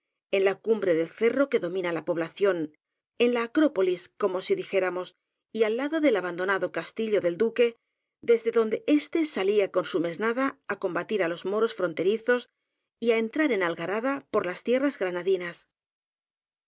en la cumbre del cerro que do mina la población en la acrópolis como si dijéra mos y al lado del abandonado castillo del duque desde donde éste salía con su mesnada á combatir á los moros fronterizos y á entrar en algarada por las tierras granadinas